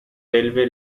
railway